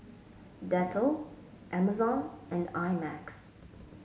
Dettol Amazon and I Max